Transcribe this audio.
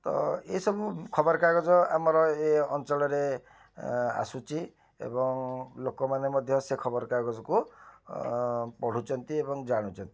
ତ ଏ ସବୁ ଖବରକାଗଜ ଆମର ଏ ଅଞ୍ଚଳରେ ଏଁ ଆସୁଛି ଏବଂ ଲୋକମାନେ ମଧ୍ୟ ସେ ଖବରକାଗଜକୁ ପଢ଼ୁଛନ୍ତି ଏବଂ ଜାଣୁଛନ୍ତି